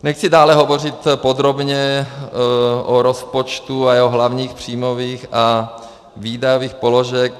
Nechci dále hovořit podrobně o rozpočtu a jeho hlavních příjmových a výdajových položkách.